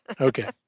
Okay